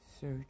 search